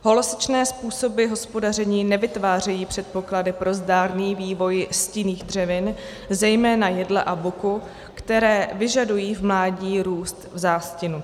Holosečné způsoby hospodaření nevytvářejí předpoklady pro zdárný vývoj stinných dřevin, zejména jedle a buku, které vyžadují v mládí růst v zástinu.